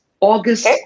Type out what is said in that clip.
August